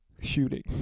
Shooting